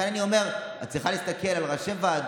לכן אני אומר: את צריכה להסתכל על ראשי ועדות